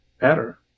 better